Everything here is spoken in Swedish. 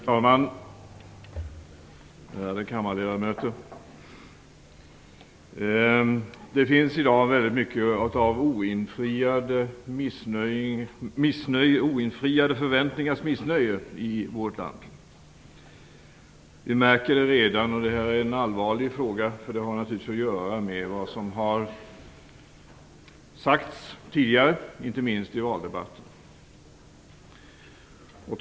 Fru talman! Ärade kammarledamöter! Det finns i dag mycket av oinfriade förväntningars missnöje i vårt land. Vi märker det redan, och det är en allvarlig fråga. Det har naturligtvis att göra med det som tidigare har sagts, inte minst i valdebatten.